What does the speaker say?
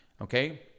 Okay